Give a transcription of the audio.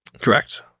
Correct